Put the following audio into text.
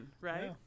right